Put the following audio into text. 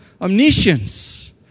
omniscience